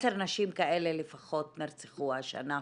10 נשים כאלה לפחות נרצחו השנה,